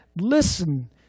Listen